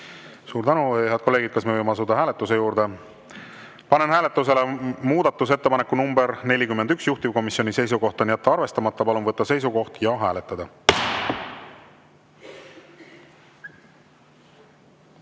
seisukoht ja hääletada! Kas me tohime asuda hääletuse juurde? Panen hääletusele muudatusettepaneku nr 56, juhtivkomisjoni seisukoht on jätta arvestamata. Palun võtta seisukoht ja hääletada!